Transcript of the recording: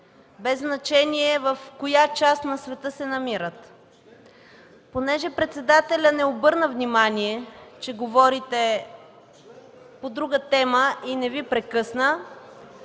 без значение в коя част на света се намират. Понеже председателят не обърна внимание, че говорите по друга тема и не Ви прекъсна,